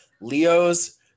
Leo's